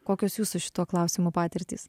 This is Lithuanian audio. kokios jūsų šituo klausimu patirtys